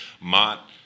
Mott